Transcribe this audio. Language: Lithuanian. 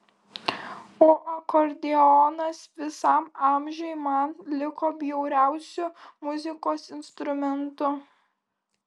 o akordeonas visam amžiui man liko bjauriausiu muzikos instrumentu